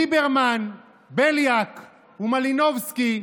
ליברמן, בליאק ומלינובסקי,